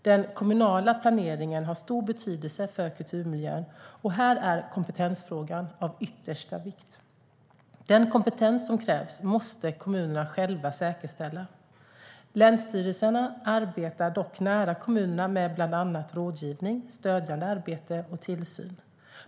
Den kommunala planeringen har stor betydelse för kulturmiljön, och här är kompetensfrågan av yttersta vikt. Den kompetens som krävs måste kommunerna själva säkerställa. Länsstyrelserna arbetar dock nära kommunerna med bland annat rådgivning, stödjande arbete och tillsyn.